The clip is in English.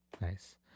Nice